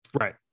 Right